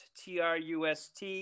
TRUST